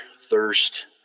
thirst